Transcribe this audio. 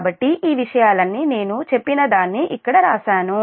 కాబట్టి ఈ విషయాలన్నీ నేను చెప్పిన దాన్ని ఇక్కడ వ్రాశాను